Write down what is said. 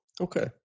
Okay